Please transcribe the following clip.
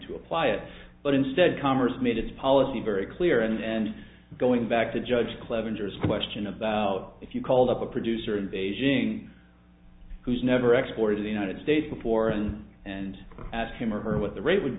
to apply it but instead congress made its policy very clear and going back to judge clevenger is a question about if you called up a producer in beijing who's never export to the united states before and and asked him or her what the rate would